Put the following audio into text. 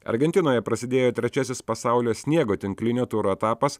argentinoje prasidėjo trečiasis pasaulio sniego tinklinio turo etapas